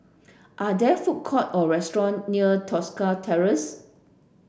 are there food court or restaurant near Tosca Terrace